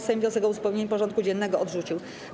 Sejm wniosek o uzupełnienie porządku dziennego odrzucił.